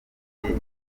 abandi